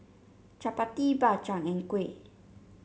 chappati Bak Chang and kuih